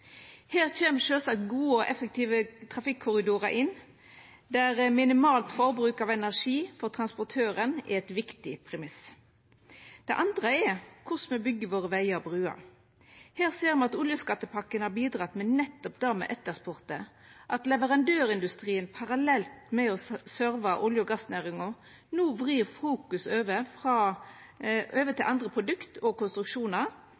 Her kjem sjølvsagt gode og effektive trafikkorridorar inn, der minimalt forbruk av energi for transportøren er ein viktig premiss. Det andre er korleis me byggjer vegane og bruene våre. Me ser at oljeskattepakka har bidrege med nettopp det me etterspurde – at leverandørindustrien parallelt med å serva olje- og gassnæringa, no vrir fokuset over til andre produkt og konstruksjonar,